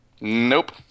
Nope